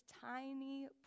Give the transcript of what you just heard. tiny